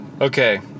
Okay